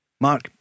Mark